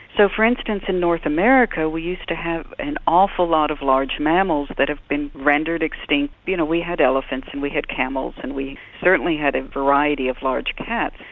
so, for instance, in north america we used to have an awful lot of large mammals that have been rendered extinct. you know, we had elephants and we had camels and we certainly had a variety of large cats,